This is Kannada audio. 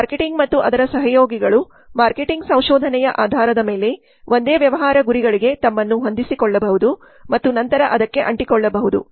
ಮಾರ್ಕೆಟಿಂಗ್ ಮತ್ತು ಅದರ ಸಹಯೋಗಿಗಳು ಮಾರ್ಕೆಟಿಂಗ್ ಸಂಶೋಧನೆಯ ಆಧಾರದ ಮೇಲೆ ಒಂದೇ ವ್ಯವಹಾರ ಗುರಿಗಳಿಗೆ ತಮ್ಮನ್ನು ಹೊಂದಿಸಿಕೊಳ್ಳಬಹುದು ಮತ್ತು ನಂತರ ಅದಕ್ಕೆ ಅಂಟಿಕೊಳ್ಳಬಹುದು